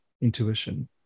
intuition